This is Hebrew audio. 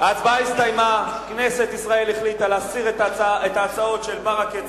ההצעה שלא לכלול את הנושא שהעלו חברי הכנסת מוחמד ברכה,